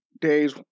days